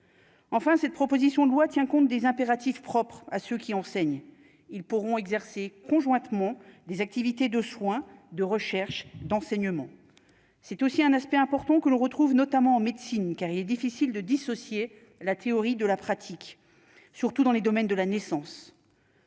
Enfin, cette proposition de loi tient compte des impératifs propres à ceux qui enseignent, ils pourront exercer conjointement des activités de soin de recherche, d'enseignement, c'est aussi un aspect important que l'on retrouve notamment en médecine car il est difficile de dissocier la théorie de la pratique surtout dans les domaines de la naissance.